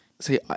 See